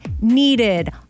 needed